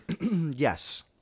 Yes